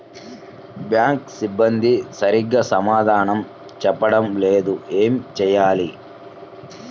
Bank సిబ్బంది సరిగ్గా సమాధానం చెప్పటం లేదు ఏం చెయ్యాలి?